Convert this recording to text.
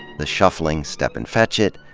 the shuffling stepin fetchit,